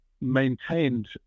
maintained